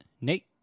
Nate